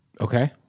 Okay